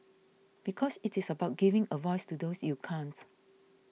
because it is about giving a voice to those you can't